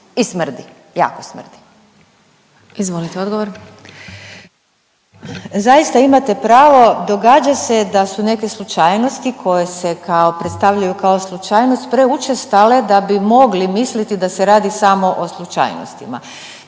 **Radojčić, Dušica (Možemo!)** Zaista imate pravo, događa se da su neke slučajnosti koje se kao predstavljaju kao slučajnost preučestale da bi mogli misliti da se radi samo o slučajnostima.